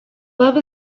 love